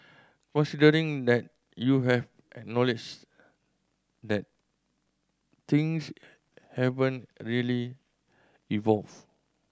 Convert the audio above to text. that you have acknowledged that things haven't really evolved